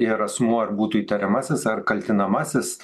ir asmuo ar būtų įtariamasis ar kaltinamasis